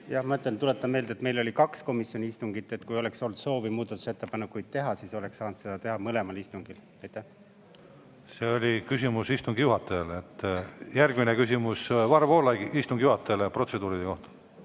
Ma tuletan meelde, et meil oli kaks komisjoni istungit, seega kui oleks olnud soovi muudatusettepanekuid teha, oleks saanud seda teha mõlemal istungil. See oli küsimus istungi juhatajale. Järgmine küsimus, Varro Vooglaid, istungi juhatajale protseduuride kohta.